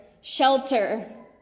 shelter